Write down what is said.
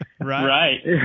Right